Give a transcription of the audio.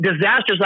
disasters